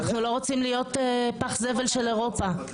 אנחנו לא רוצים להיות פח זבל של אירופה.